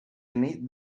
beneath